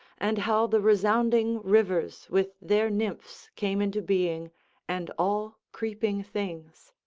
and how the resounding rivers with their nymphs came into being and all creeping things.